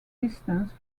distance